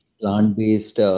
plant-based